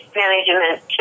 management